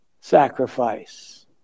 sacrifice